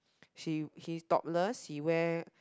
she he's topless he wear